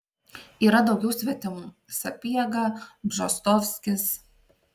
yra ir daugiau svetimų sapiega bžostovskis